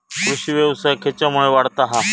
कृषीव्यवसाय खेच्यामुळे वाढता हा?